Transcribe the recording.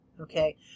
okay